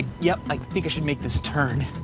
yep, i think i should make this turn.